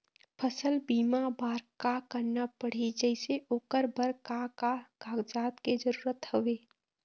फसल बीमा बार का करना पड़ही जैसे ओकर बर का का कागजात के जरूरत हवे?